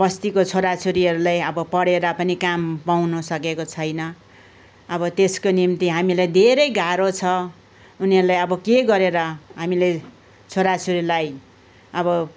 बस्तीको छोरा छोरीहरले अब पढेर पनि काम पाउँनु सकेको छैन अब त्यसको निम्ति हामीलाई धेरै गाह्रो छ उनीहरूलाई अब के गरेर हामीले छोरा छोरीलाई अब